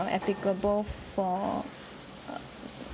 applicable for